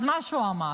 אז מה אם הוא אמר?